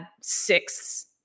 six